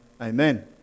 amen